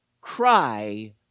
cry